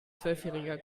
zwölfjähriger